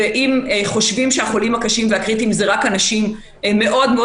ואם חושבים שהחולים הקשים והקריטיים זה רק אנשים מאוד מאוד